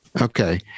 Okay